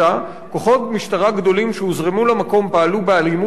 כוחות משטרה גדולים שהוזרמו למקום פעלו באלימות רבה,